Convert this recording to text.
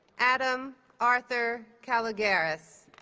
adam arthur calogeras